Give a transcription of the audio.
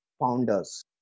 founders